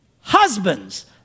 Husbands